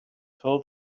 told